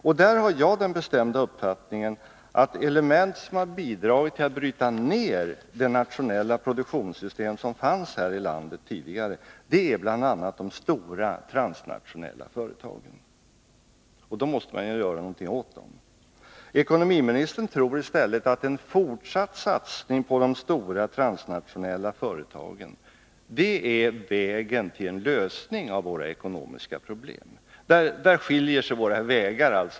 Härvidlag har jag den bestämda uppfattningen att till de element som har bidragit till att bryta ner det nationella produktionssystem som fanns här i landet tidigare hör bl.a. de stora transnationella företagen. Och då måste vi göra något åt dem. Ekonomiministern tror i stället att en fortsatt satsning på de stora transnationella företagen är vägen till en lösning av våra ekonomiska problem. Där skiljer sig våra synsätt.